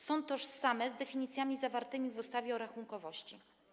Są one tożsame z definicjami zawartymi w ustawie o rachunkowości.